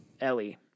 Ellie